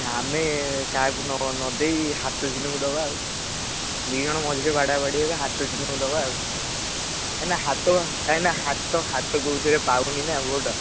ଆମେ କାହାକୁ ନ ନ ଦେଇ ହାତ ଟିହ୍ନକୁ ଦେବା ଆଉ ଦି ଜଣ ମଝିରେ ବାଡ଼ାବାଡ଼ି ହେବେ ହାତ ଚିହ୍ନକୁ ଦେବା ଆଉ କାହିଁକି ନା ହାତ କାହିଁକି ନା ହାତ ହାତ କେଉଁଥିରେ ପାଉନି ନା ଭୋଟ୍